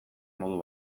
modu